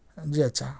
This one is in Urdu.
جی اچھا